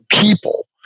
people